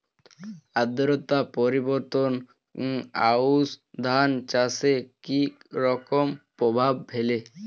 আদ্রতা পরিবর্তন আউশ ধান চাষে কি রকম প্রভাব ফেলে?